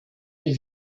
mes